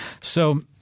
So-